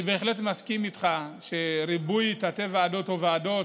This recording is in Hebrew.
אני בהחלט מסכים איתך שריבוי תתי-ועדות או ועדות,